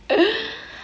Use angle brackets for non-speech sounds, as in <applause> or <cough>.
<breath>